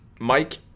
Mike